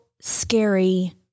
scary